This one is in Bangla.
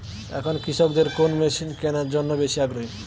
এখন কৃষকদের কোন মেশিন কেনার জন্য বেশি আগ্রহী?